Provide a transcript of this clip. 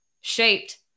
shaped